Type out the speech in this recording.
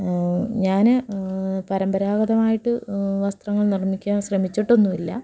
ഞാൻ പരമ്പരാഗതമായിട്ട് വസ്ത്രങ്ങൾ നിർമ്മിക്കാൻ ശ്രമിച്ചിട്ടൊന്നുമില്ല